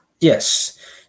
Yes